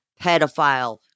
pedophile